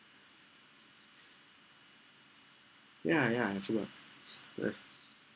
ya ya it still work right